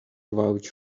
vouch